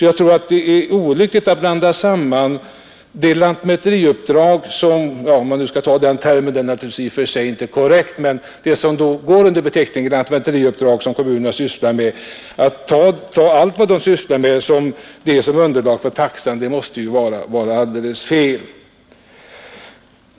Jag tror att det är olyckligt att här blanda in de andra lantmäteriuppdrag — om jag nu skall använda den termen, vilket naturligtvis inte är korrekt, men man avser ju den andra verksamhet som kommunerna sysslar med och som går under beteckningen lantmäteriuppdrag. Att ta med även den delen som underlag för taxan måste vara alldeles fel.